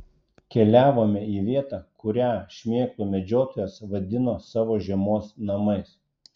keliavome į vietą kurią šmėklų medžiotojas vadino savo žiemos namais